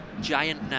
Giant